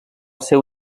seu